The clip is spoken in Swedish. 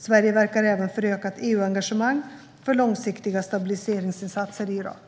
Sverige verkar även för ökat EU-engagemang för långsiktiga stabiliseringsinsatser i Irak.